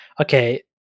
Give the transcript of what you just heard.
Okay